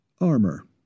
Armor